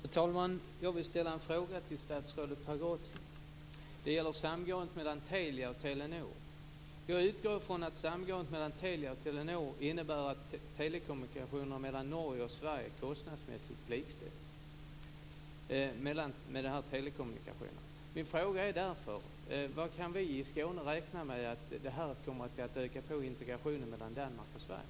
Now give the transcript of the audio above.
Fru talman! Jag vill ställa en fråga till statsrådet Pagrotsky. Det gäller samgåendet mellan Telia och Telenor. Jag utgår från att samgåendet mellan Telia och Telenor innebär att telekommunikationer mellan Norge och Sverige kostnadsmässigt likställs. Min fråga är därför: Kan vi i Skåne räkna med att detta kommer att medföra en ökad integration mellan Danmark och Sverige?